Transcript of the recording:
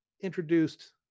introduced